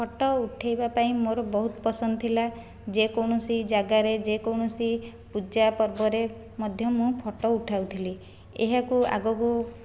photo ଉଠାଇବା ପାଇଁ ମୋର ବହୁତ ପସନ୍ଦ ଥିଲା ଯେକୌଣସି ଯାଗାରେ ଯେ କୌଣସି ପୂଜା ପର୍ବରେ ମଧ୍ୟ ମୁଁ ଫଟୋ ଉଠାଉଥିଲେ ଏହାକୁ ଆଗକୁ